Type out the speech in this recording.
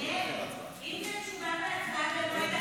אני יודע מה בוער בליבך בכל הרבדים